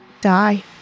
die